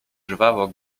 żwawo